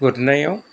गुरनायाव